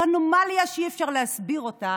זו אנומליה שאי-אפשר להסביר אותה,